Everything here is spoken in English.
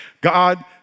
God